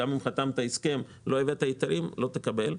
אם חתמת הסכם ולא הבאת היתרים, לא תקבל.